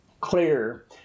clear